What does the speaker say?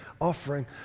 offering